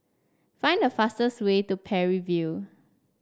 find the fastest way to Parry View